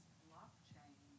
blockchain